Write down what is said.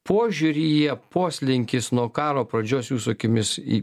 požiūryje poslinkis nuo karo pradžios jūsų akimis į